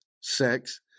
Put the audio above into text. sex